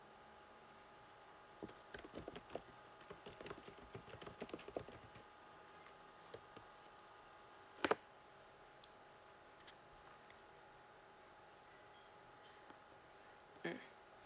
mm